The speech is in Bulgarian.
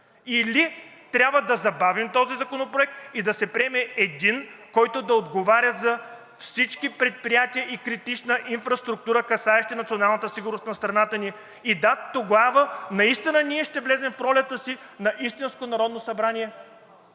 или трябва да забавим този законопроект и да се приеме един, който да отговаря за всички предприятия и критична инфраструктура, касаещи националната сигурност на страната ни и, да, тогава наистина ние ще влезем в ролята си на истинско Народно събрание,